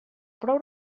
prou